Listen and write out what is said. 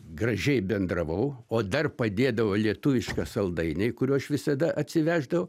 gražiai bendravau o dar padėdavo lietuviška saldainiai kurių aš visada atsiveždavau